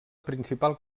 principal